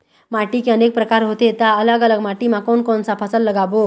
माटी के अनेक प्रकार होथे ता अलग अलग माटी मा कोन कौन सा फसल लगाबो?